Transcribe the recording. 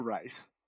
race